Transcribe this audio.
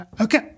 Okay